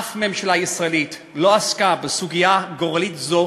אף ממשלה ישראלית לא עסקה בסוגיה גורלית זו